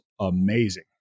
amazing